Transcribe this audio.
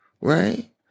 Right